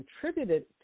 contributed